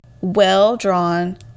Well-drawn